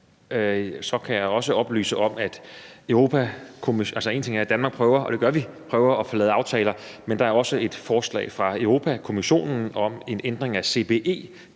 Danmark her prøver at få lavet nogle aftaler, men at der jo også er et forslag fra Europa-Kommissionen om en ændring af